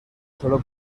solo